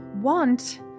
want